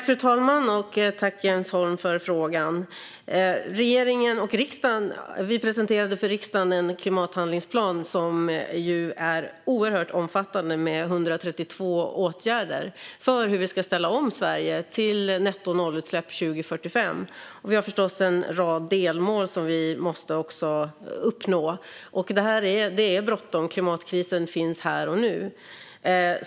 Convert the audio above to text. Fru talman! Tack, Jens Holm, för frågan! Regeringen presenterade för riksdagen en klimathandlingsplan, som med 132 åtgärder är oerhört omfattande, för hur vi ska ställa om Sverige till nettonollutsläpp 2045. Vi har förstås en rad delmål som vi också måste nå. Det är bråttom. Klimatkrisen pågår här och nu.